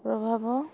ପ୍ରଭାବ